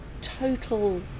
total